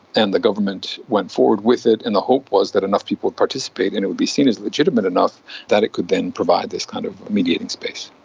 and the government went forward with it and the hope was that enough people would participate and it would be seen as legitimate enough that it could then provide this kind of mediated space.